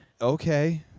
okay